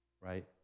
right